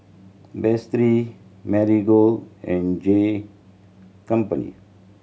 Betsy Marigold and J company